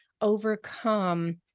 overcome